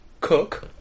cook